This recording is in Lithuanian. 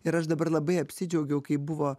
ir aš dabar labai apsidžiaugiau kai buvo